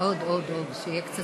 עוד, עוד, עוד, שיהיה קצת